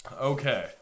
Okay